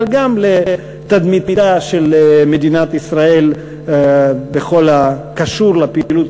אבל גם לתדמיתה של מדינת ישראל בכל הקשור לפעילות,